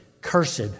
cursed